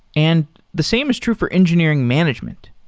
and the same is true for engineering management.